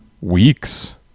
weeks